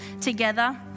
together